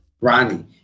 Ronnie